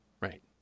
Right